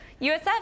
USF